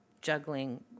juggling